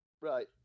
right